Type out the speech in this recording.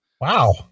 wow